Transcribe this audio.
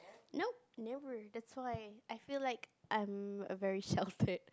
nope never that's why I feel like I'm a very sheltered